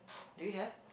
do you have